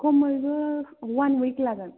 खमैबो one week लागोन